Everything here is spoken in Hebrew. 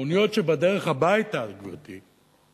האוניות שבדרך הביתה, גברתי,